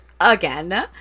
Again